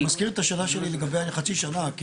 אני מזכיר את השאלה שלי לגבי חצי שנה.